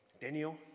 Daniel